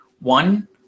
One